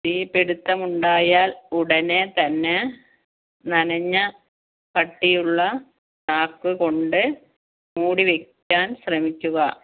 തീപിടുത്തം ഉണ്ടായാൽ ഉടനെതന്നെ നനഞ്ഞ കട്ടിയുള്ള ചാക്ക് കൊണ്ട് മൂടി വെക്കാൻ ശ്രമിക്കുക